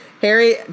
Harry